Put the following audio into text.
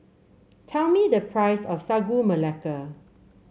tell me the price of Sagu Melaka